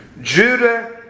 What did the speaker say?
Judah